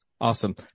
Awesome